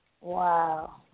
Wow